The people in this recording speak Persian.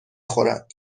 خورد